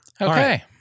Okay